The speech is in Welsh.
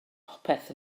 popeth